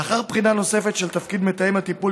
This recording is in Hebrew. לאחר בחינה נוספת של תפקיד מתאם הטיפול